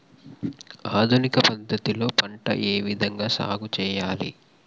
ఆధునిక పద్ధతి లో పంట ఏ విధంగా సాగు చేయాలి?